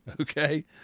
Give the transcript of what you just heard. okay